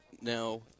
now